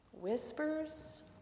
whispers